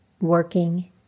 working